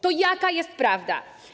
To jaka jest prawda?